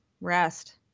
Rest